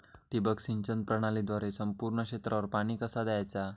ठिबक सिंचन प्रणालीद्वारे संपूर्ण क्षेत्रावर पाणी कसा दयाचा?